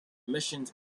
missions